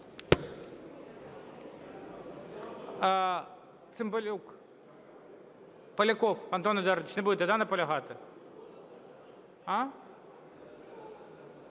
Цимбалюк. Поляков Антон Едуардович, не будете, да, наполягати?